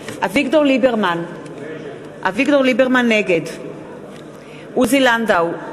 אביגדור ליברמן, נגד עוזי לנדאו,